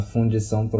Fundição